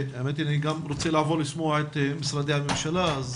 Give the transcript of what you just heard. אני גם רוצה לעבור לשמוע את משרדי הממשלה, אז